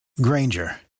Granger